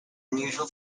unusual